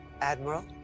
Admiral